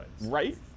Right